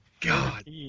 God